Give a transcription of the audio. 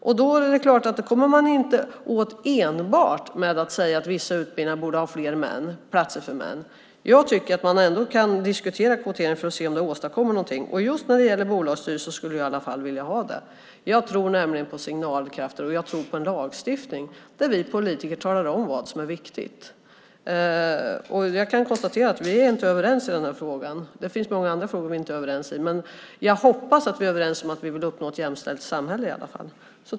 Detta kommer man naturligtvis inte åt enbart med att säga att det borde vara fler platser för män på vissa utbildningar, men jag tycker ändå att man kan diskutera kvotering för att se om det har åstadkommit något. Just när det gäller bolagsstyrelser skulle jag i alla fall vilja ha det. Jag tror nämligen på signalkraften, och jag tror på en lagstiftning där vi politiker talar om vad som är viktigt. Jag kan konstatera att vi inte är överens i den här frågan. Det finns många andra frågor som vi inte är överens om, men jag hoppas att vi är överens om att vi vill uppnå ett jämställt samhälle i alla fall.